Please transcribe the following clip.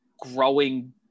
growing